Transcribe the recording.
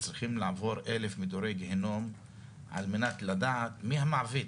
צריכים לעבור אלף מדורי גיהנום על מנת לדעת מי המעביד.